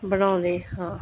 ਬਣਾਉਂਦੇ ਹਾਂ